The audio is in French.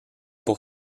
pour